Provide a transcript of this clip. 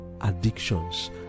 addictions